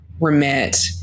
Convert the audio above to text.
remit